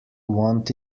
want